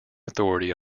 authority